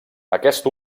aquest